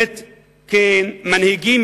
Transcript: כמנהיגים,